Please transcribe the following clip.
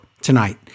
tonight